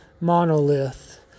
monolith